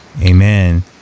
amen